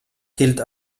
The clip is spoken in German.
gilt